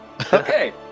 Okay